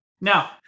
Now